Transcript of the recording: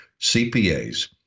cpas